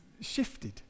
shifted